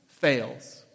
fails